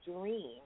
dream